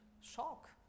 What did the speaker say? shock